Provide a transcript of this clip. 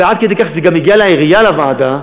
ועד כדי כך, כשזה הגיע לעירייה, לוועדה,